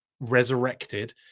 resurrected